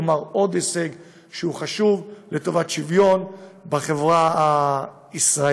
כלומר עוד הישג שהוא חשוב לטובת שוויון בחברה הישראלית.